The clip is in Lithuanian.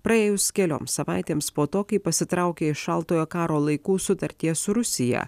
praėjus kelioms savaitėms po to kai pasitraukė iš šaltojo karo laikų sutarties su rusija